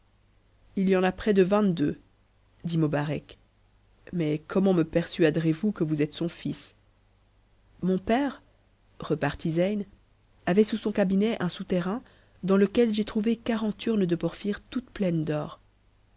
il y en a près de vingt-deux dit mobarec mais comment me persuaderez vous que vous êtes son c s mon père repartit zeyn avait sous son cabinet un souterrain dans lequel j'ai trouvé quarante urnes de porphyre toutes pleines d'or